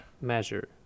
measure